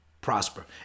prosper